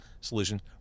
solution